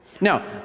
Now